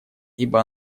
ибо